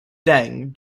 deng